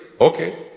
Okay